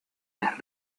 las